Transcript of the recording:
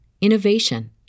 innovation